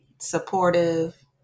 supportive